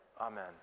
Amen